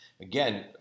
Again